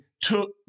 took